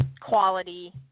quality